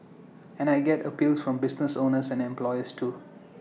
and I get appeals from business owners and employers too